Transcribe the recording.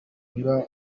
naba